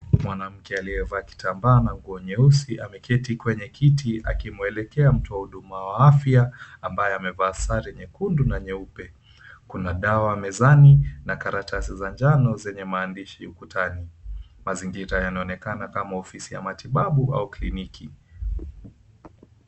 Mwanamke aliyevaa kitambaa na nguo nyeusi ameketi kwenye kiti akimwelekea mtoa huduma wa afya ambaye amevaa sare nyekundu na nyeupe. Kuna dawa mezani za karatasi za njano zenye maandishi ukutani. Mazingira yanaonekana kama ofisi ya matibabu au kliniki.